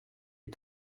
est